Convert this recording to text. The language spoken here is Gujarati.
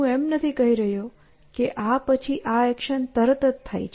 હું એમ નથી કહી રહ્યો કે આ પછી આ એક્શન તરત જ થાય છે